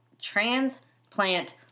transplant